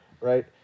right